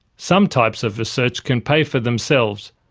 some types of research can pay for themselves,